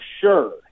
sure